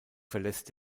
verlässt